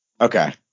Okay